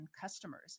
customers